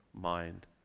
mind